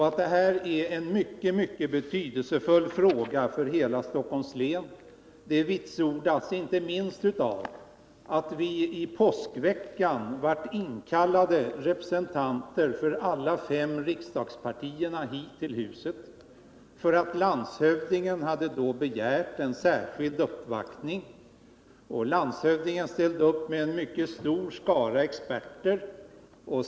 Att det här är en mycket betydelsefull fråga för hela Stockholms län bevisas inte minst av att representanter för alla de fem riksdagspartierna under påskhelgen blev kallade hit till riksdagshuset, eftersom landshövdingen då hade begärt en särskild uppvaktning. Han ställde upp med en mycket stor skara experter.